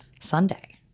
Sunday